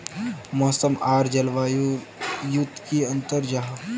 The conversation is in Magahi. मौसम आर जलवायु युत की अंतर जाहा?